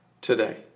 Today